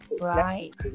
right